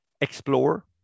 explore